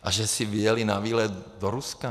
A že si vyjeli na výlet do Ruska?